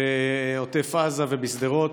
בעוטף עזה ובשדרות.